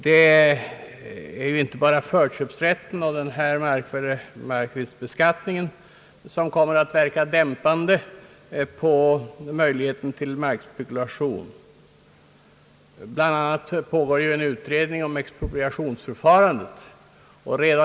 Det är inte bara förköpsrätten och den här markvinstbeskattningen som kommer att verka dämpande på möjligheterna = till markspekulation. Bland annat pågår ju en utredning om expropriationsförfarandet.